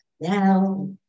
now